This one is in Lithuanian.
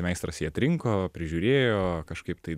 meistras jie atrinko prižiūrėjo kažkaip tai